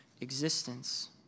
existence